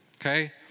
okay